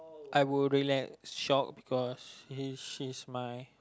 I will relax shop for she's she's my